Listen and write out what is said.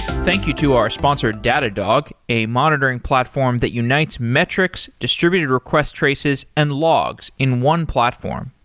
thank you to our sponsor datadog a monitoring platform that unites metrics, distributed request traces and logs in one platform.